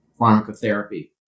pharmacotherapy